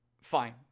Fine